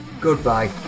goodbye